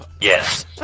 Yes